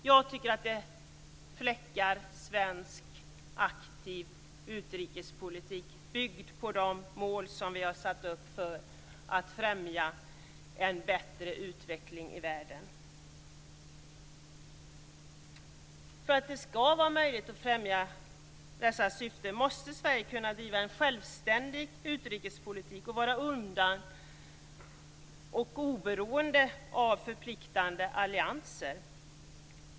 Jag tycker att det fläckar svensk aktiv utrikespolitik byggd på de mål som vi har satt upp för att främja en bättre utveckling i världen. För att det skall vara möjligt att främja dessa syften måste Sverige kunna driva en självständig utrikespolitik och vara oberoende av förpliktande allianser.